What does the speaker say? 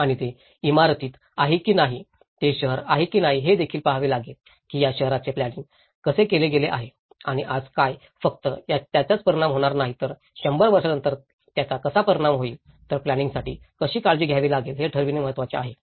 आणि ते इमारतीत आहे की नाही ते शहर आहे की नाही हेदेखील पहावे लागेल की या शहराचे प्लॅनिंग कसे केले गेले आहे आणि आज काय फक्त त्याचाच परिणाम होणार नाही तर शंभर वर्षानंतर त्याचा कसा परिणाम होईल तर प्लॅनिंगासाठी कशी काळजी घ्यावी लागेल हे ठरविणे महत्वाचे आहे